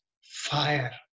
fire